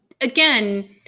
again